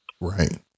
Right